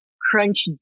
crunch